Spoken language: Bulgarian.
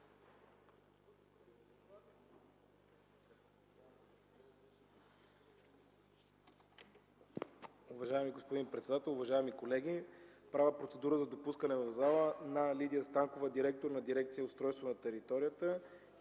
Уважаеми господин председател, уважаеми колеги! Правя процедура за допускане в залата на Лидия Станкова – директор на дирекция „Устройство на територията”,